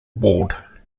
ward